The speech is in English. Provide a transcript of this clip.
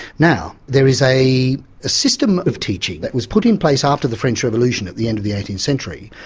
now, there is a system of teaching that was put in place after the french revolution at the end of the eighteenth century,